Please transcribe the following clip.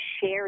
share